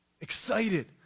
excited